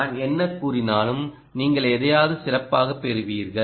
நான் என்ன கூறினாலும் நீங்கள் எதையாவது சிறப்பாகப் பெறுவீர்கள்